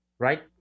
right